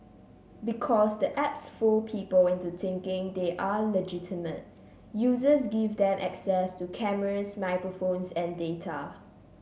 because the apps fool people into thinking they are legitimate users give them access to cameras microphones and data